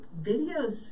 videos